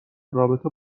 رابطه